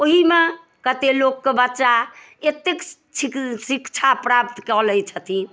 ओहिमे कते लोकके बच्चा एतेक शिक्षा प्राप्त कऽ लै छथिन